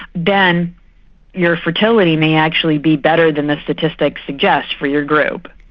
then your fertility may actually be better than the statistics suggest for your group.